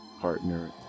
Partner